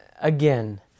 again